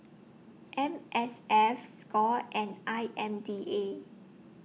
M S F SCORE and I M D A